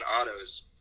autos